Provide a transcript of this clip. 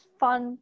fun